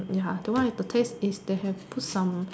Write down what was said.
ya that one is the taste is they have put some